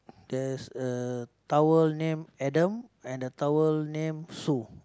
there's a towel name Adam and a towel name Sue